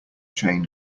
chain